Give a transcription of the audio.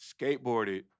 skateboarded